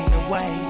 away